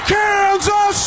Kansas